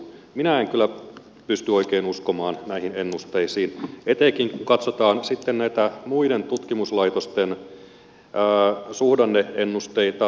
minä en kyllä pysty oikein uskomaan näihin ennusteisiin etenkin kun katsotaan sitten näitä muiden tutkimuslaitosten suhdanne ennusteita